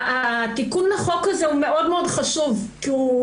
התיקון לחוק הזה הוא מאוד מאוד חשוב כי הוא